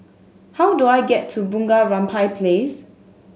how do I get to Bunga Rampai Place